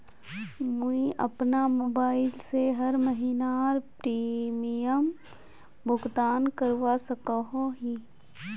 मुई अपना मोबाईल से हर महीनार प्रीमियम भुगतान करवा सकोहो ही?